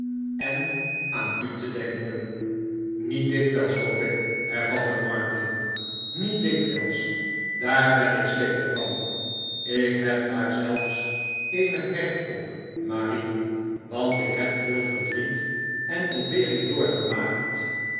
en aan u te denken niet dikwijls hoop ik hervatte martin niet dikwijls daar ben ik zeker van ik heb daar zelfs eenig recht op marie want ik heb veel verdriet en ontbering doorgemaakt